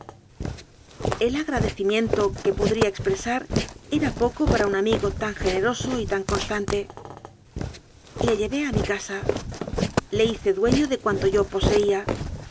el agradecimiento que podría expresar era poco para un amigo tan generoso y tan constante e anon llevé a mi casa le hice dueño de cuanto yo poseía